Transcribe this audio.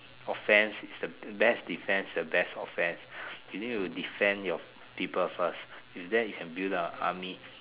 offence is the best defence is the best offence you need to defend your people first then you can build up a army